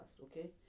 Okay